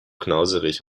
knauserig